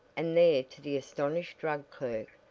and there to the astonished drug clerk,